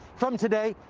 from today,